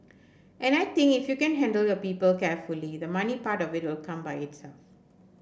and I think if you can handle your people carefully the money part of it will come by itself